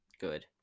good